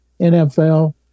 NFL